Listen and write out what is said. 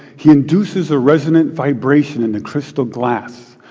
he induces a resonant vibration in the crystal glass.